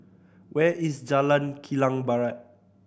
where is Jalan Kilang Barat